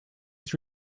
his